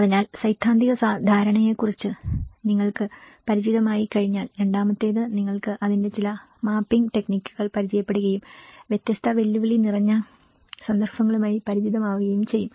അതിനാൽ സൈദ്ധാന്തിക ധാരണയെക്കുറിച്ച് നിങ്ങൾക്ക് പരിചിതമായിക്കഴിഞ്ഞാൽ രണ്ടാമത്തേത് നിങ്ങൾക്ക് അതിന്റെ ചില മാപ്പിംഗ് ടെക്നിക്കുകൾ പരിചയപ്പെടുകയും വ്യത്യസ്ത വെല്ലുവിളി നിറഞ്ഞ സന്ദർഭങ്ങളുമായി പരിചിതമാവുകയും ചെയ്യും